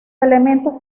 elementos